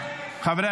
--- חברי